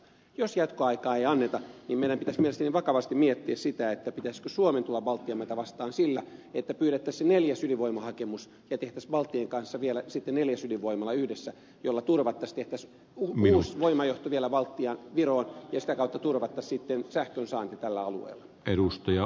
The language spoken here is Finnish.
jos jatkoaikaa ei anneta niin meidän pitäisi mielestäni vakavasti miettiä sitä pitäisikö suomen tulla baltian maita vastaan sillä että pyydettäisiin se neljäs ydinvoimahakemus ja tehtäisiin balttien kanssa vielä sitten neljäs ydinvoimala yhdessä jolla turvattaisiin ja tehtäisiin uusi voimajohto vielä baltiaan viroon ja sitä kautta turvattaisiin sitten sähkön saanti tällä alueella